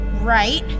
right